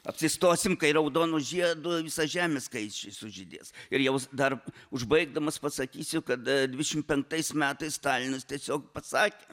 apsistosim kai raudonu žiedu visa žemė skaisčiai sužydės ir jau dar užbaigdamas pasakysiu kad dvidešimt penktais metais stalinas tiesiog pasakė